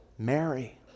Mary